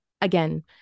again